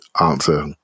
answer